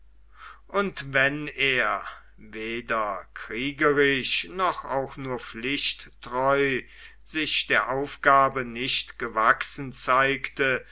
und wenn er weder kriegerisch noch auch nur pflichttreu sich der aufgabe nicht gewachsen zeigte